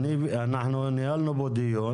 אנחנו ניהלנו פה דיון.